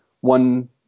one